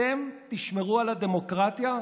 אתם תשמרו על הדמוקרטיה?